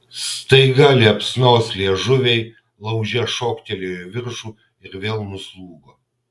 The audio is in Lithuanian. staiga liepsnos liežuviai lauže šoktelėjo į viršų ir vėl nuslūgo